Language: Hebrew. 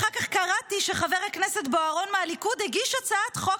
אחר כך קראתי שחבר הכנסת בוארון מהליכוד הגיש הצעת חוק